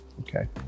okay